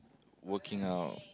working out